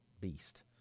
beast